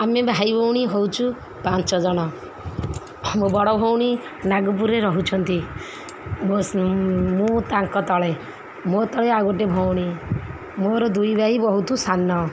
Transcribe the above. ଆମେ ଭାଇ ଭଉଣୀ ହେଉଛୁ ପାଞ୍ଚଜଣ ମୋ ବଡ଼ ଭଉଣୀ ନାଗପୁରରେ ରହୁଛନ୍ତି ମୁଁ ତାଙ୍କ ତଳେ ମୋ ତଳେ ଆଉ ଗୋଟେ ଭଉଣୀ ମୋର ଦୁଇ ଭାଇ ବହୁତୁ ସାନ